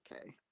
Okay